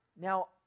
Now